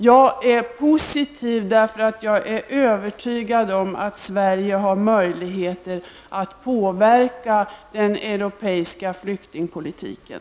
Jag är positiv därför jag är övertygad om att Sverige har möjligheter att påverka den europeiska flyktingpolitiken.